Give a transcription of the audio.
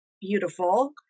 Beautiful